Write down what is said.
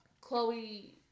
Chloe